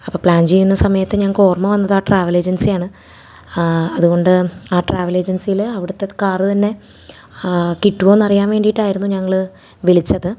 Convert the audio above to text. അപ്പം പ്ലാൻ ചെയ്യുന്ന സമയത്ത് ഞങ്ങൾക്ക് ഓർമ്മ വന്നത് ആ ട്രാവലേജൻസിയാണ് അതുകൊണ്ട് ആ ട്രാവൽ ഏജന്സീൽ അവിടുത്തെ കാറ് തന്നെ കിട്ടുവോന്നറിയാൻ വേണ്ടീട്ടായിരുന്നു ഞങ്ങൾ വിളിച്ചത്